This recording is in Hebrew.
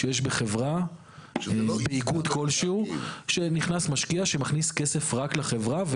שיש בחברה איגוד כלשהו שנכנס משקיע שמכניס כסף רק לחברה,